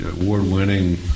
Award-winning